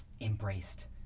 embraced